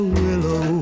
willow